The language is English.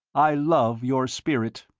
i love your spirit.